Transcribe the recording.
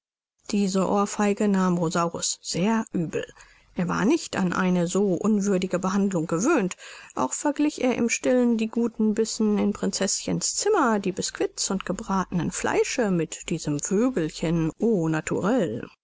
diese ohrfeige nahm rosaurus sehr übel er war nicht an eine so unwürdige behandlung gewöhnt auch verglich er im stillen die guten bissen in prinzeßchens zimmer die bisquits und gebratenen fleische mit diesem vögelchen au naturel